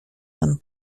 pan